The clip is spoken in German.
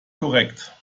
korrekt